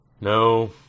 No